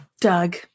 Doug